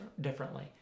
differently